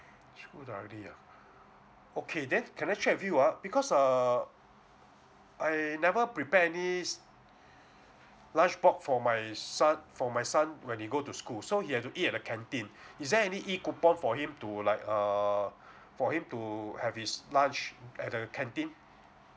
school already ah okay then can I check with you ah because err I never prepare any s~ lunch box for my son for my son when he go to school so he have to eat at the canteen is there any e coupon for him to like err for him to have his lunch at the canteen